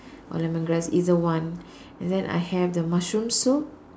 or lemongrass either one and then I have the mushroom soup